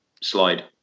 slide